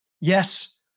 Yes